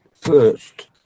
first